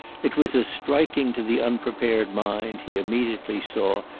it was as striking to the unprepared mind, he immediately saw,